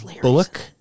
Bullock